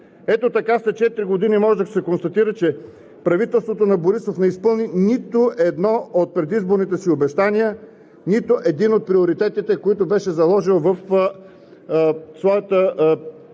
Ето така след четири години може да се констатира, че правителството на Борисов не изпълни нито едно от предизборните си обещания, нито един от приоритетите, които беше заложил в своята управленска